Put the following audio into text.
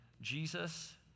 Jesus